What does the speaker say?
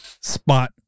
spot